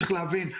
צריך להבין,